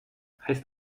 heißt